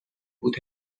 بود